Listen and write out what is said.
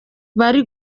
bari